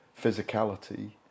physicality